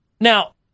Now